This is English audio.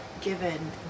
given